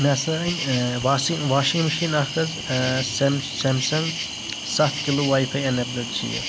مےٚ سا أنۍ واسنٛگ واشِنگ مِشیٖن اکھ حظ سیم سیم سنگ ستھ کِلوٗ واے فَاے اٮ۪نیٚبلٕڈ چھ یہِ